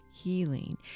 healing